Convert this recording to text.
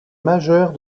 majeure